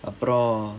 அப்புறம்:appuram